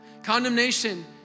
Condemnation